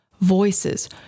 voices